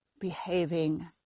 behaving